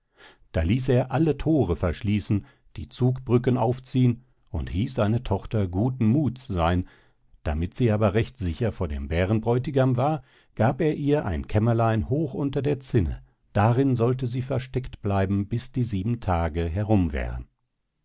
da ließ er alle thore verschließen die zugbrücken aufziehen und hieß seine tochter gutes muths seyn damit sie aber recht sicher vor dem bärenbräutigam war gab er ihr ein kämmerlein hoch unter der zinne darin sollte sie versteckt bleiben bis die sieben tage herum wären